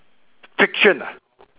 friction ah